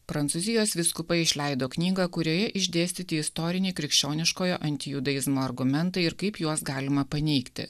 prancūzijos vyskupai išleido knygą kurioje išdėstyti istoriniai krikščioniškojo anti judaizmo argumentai ir kaip juos galima paneigti